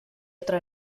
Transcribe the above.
otra